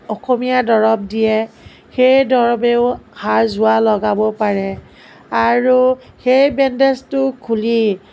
অসমীয়া দৰৱ দিয়ে সেই দৰবেও হাড় জোৰা লগাব পাৰে আৰু সেই বেণ্ডেজটো খুলি